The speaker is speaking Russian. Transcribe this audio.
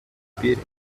теперь